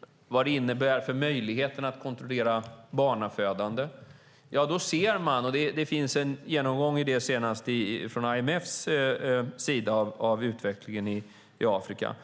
och vad det innebär för möjligheten att kontrollera barnafödande då ser man att ekonomisk tillväxt förbättrar förutsättningarna för människors liv. Det har gjorts en genomgång, senast av IMF, av utvecklingen i Afrika.